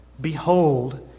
Behold